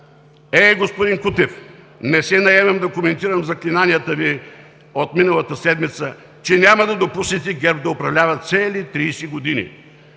Е, господин Кутев, не се наемам да коментирам заклинанията Ви от миналата седмица, че няма да допуснете ГЕРБ да управлява цели 30 години.